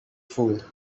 fooled